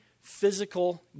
physical